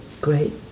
Great